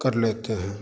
कर लेते हैं